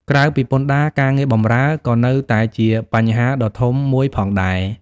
ក្រៅពីពន្ធដារ ការងារបម្រើ ក៏នៅតែជាបញ្ហាដ៏ធំមួយផងដែរ។